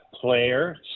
player